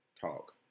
talk